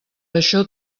això